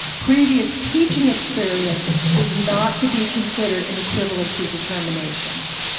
previous teaching experience is not to be considered and equivalency determinant.